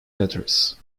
letters